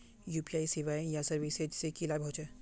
UPI सेवाएँ या services से की लाभ होचे?